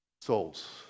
souls